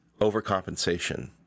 overcompensation